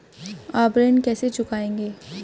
आप ऋण कैसे चुकाएंगे?